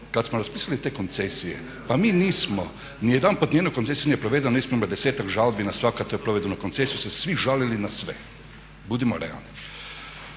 kad smo raspisali te koncesije pa mi nismo nijedanput nijedna koncesija nije provedena da nismo imali 10-ak žalbi na svaku od tih provedbi koncesija jer su se svi žalili na sve. Budimo realni!